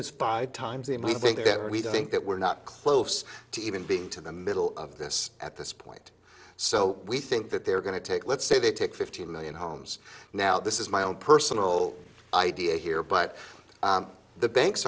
five times the amount i think that we think that we're not close to even being to the middle of this at this point so we think that they're going to take let's say they take fifteen million homes now this is my own personal idea here but the banks